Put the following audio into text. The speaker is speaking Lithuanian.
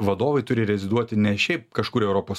vadovai turi reziduoti ne šiaip kažkur europos